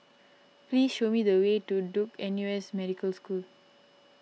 please show me the way to Duke N U S Medical School